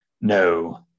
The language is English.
No